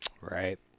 right